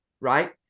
right